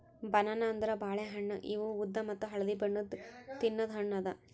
banana ಅಂದುರ್ ಬಾಳೆ ಹಣ್ಣ ಇವು ಉದ್ದ ಮತ್ತ ಹಳದಿ ಬಣ್ಣದ್ ತಿನ್ನದು ಹಣ್ಣು ಅದಾ